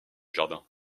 jardins